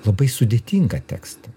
labai sudėtingą tekstą